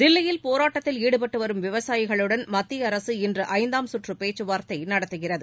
தில்லியில் போராட்டத்தில் ஈடுபட்டுவரும் விவசாயிகளுடன் மத்தியஅரசு இன்று ஐந்தாம் சுற்றுபேச்சுவார்த்தைநடத்துகிறது